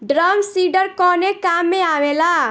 Drum seeder कवने काम में आवेला?